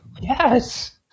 Yes